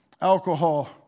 alcohol